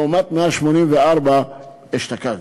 לעומת 184 אשתקד.